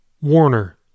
Warner